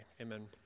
Amen